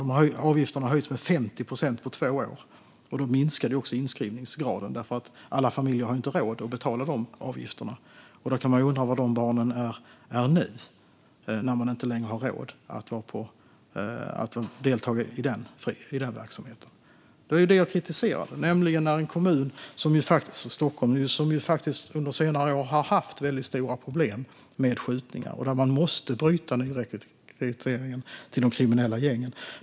Därmed har också inskrivningsgraden minskat, för alla familjer har inte råd att betala de avgifterna. Man kan undra var de barnen är nu, när man inte längre har råd att delta i den verksamheten. Det var detta jag kritiserade. Stockholm har under senare år haft väldigt stora problem med skjutningar, och man måste bryta nyrekryteringen till de kriminella gängen.